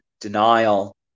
denial